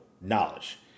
knowledge